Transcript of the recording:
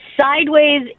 Sideways